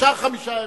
ישר חמישה ימים?